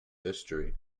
history